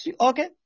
Okay